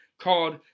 called